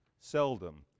seldom